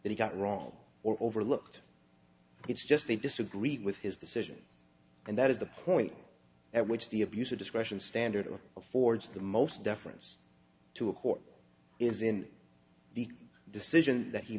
that he got wrong or overlooked it's just they disagreed with his decision and that is the point at which the abuse of discretion standard or affords the most deference to a court is in the decision that he